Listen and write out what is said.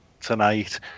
tonight